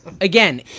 again